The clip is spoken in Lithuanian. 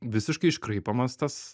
visiškai iškraipomas tas